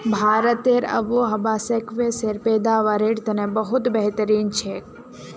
भारतेर आबोहवा स्क्वैशेर पैदावारेर तने बहुत बेहतरीन छेक